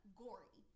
gory